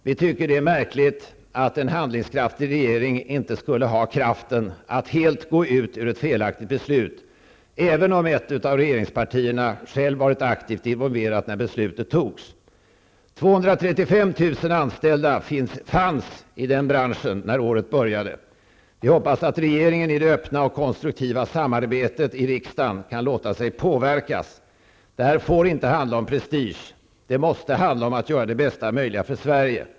Vi tycker det är märkligt att en ny och handlingskraftig regering inte skulle ha kraften att helt gå ur ett felaktigt beslut, även om ett av regeringspartierna självt var aktivt involverat när beslutet fattades. 235 000 anställda fanns i denna bransch när året började. Vi hoppas att regeringen i det öppna och konstruktiva samarbetet i riksdagen kan låta sig påverkas. Det här får inte handla om prestige, utan det måste handla om att göra det bästa möjliga för Sverige.